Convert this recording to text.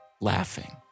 laughing